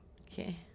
okay